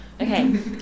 okay